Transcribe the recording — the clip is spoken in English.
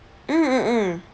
mm mm mm